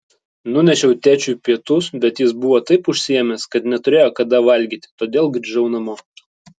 nunešiau tėčiui pietus bet jis buvo taip užsiėmęs kad neturėjo kada valgyti todėl grįžau namo